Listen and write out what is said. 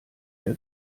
der